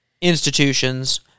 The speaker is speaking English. institutions